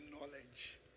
Knowledge